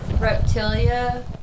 Reptilia